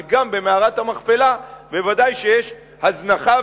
כי במערת המכפלה בוודאי יש הזנחה,